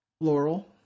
Laurel